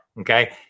Okay